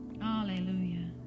Hallelujah